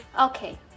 okay